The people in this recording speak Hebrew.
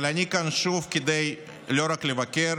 אבל אני כאן שוב כדי לא רק לבקר